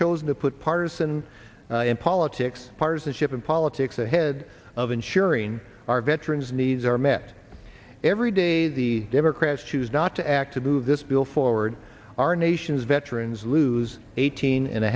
chosen to put partisan politics partisanship and politics ahead of ensuring our veterans needs are met every day the democrats choose not to act to move this bill forward our nation's veterans lose eighteen and a